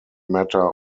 matter